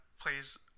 plays